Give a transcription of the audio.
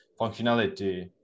functionality